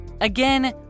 Again